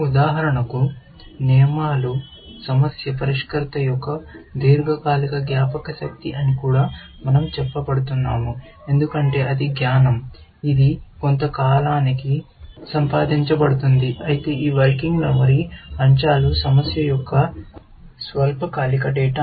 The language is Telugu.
ఉదాహరణకు నియమాలు సమస్య పరిష్కర్త యొక్క దీర్ఘకాలిక జ్ఞాపకశక్తి అని కూడా మన০ చెప్పబడుతున్నాము ఎందుకంటే ఇది జ్ఞానం ఇది కొంత కాలానికి సంపాదించబడుతుంది అయితే ఈ వర్కింగ్ మెమొరీ అంశాలు సమస్య యొక్క స్వల్పకాలిక జ్ఞాపకశక్తి పరిష్కర్త ఎందుకంటే ఇది సమస్య పరిష్కర్తతో సంకర్షణ చెందుతున్న డేటా